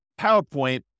PowerPoint